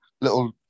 little